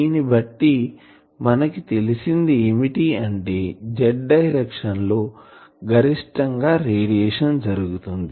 దీని బట్టి మనకి తెలిసింది ఏమిటి అంటే Z డైరెక్షన్ లో గరిష్టం గా రేడియేషన్ జరుగుతుంది